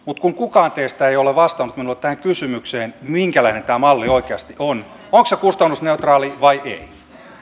mutta kukaan teistä ei ole vastannut minulle tähän kysymykseen minkälainen tämä malli oikeasti on onko se kustannusneutraali vai ei